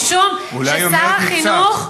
משום ששר החינוך,